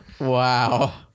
Wow